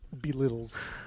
belittles